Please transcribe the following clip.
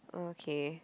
okay